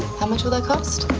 how much will that cost?